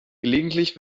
gelegentlich